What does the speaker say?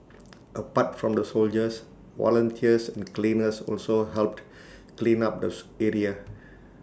apart from the soldiers volunteers and cleaners also helped clean up the area